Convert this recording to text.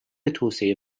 توسعه